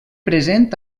present